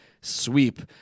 sweep